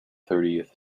thirtieth